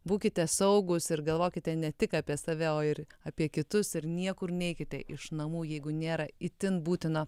būkite saugūs ir galvokite ne tik apie save o ir apie kitus ir niekur neikite iš namų jeigu nėra itin būtino